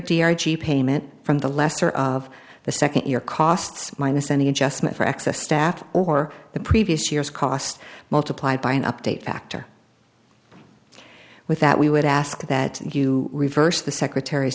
payment from the lesser of the second year costs minus any adjustment for excess staff or the previous year's cost multiplied by an update factor with that we would ask that you reverse the secretar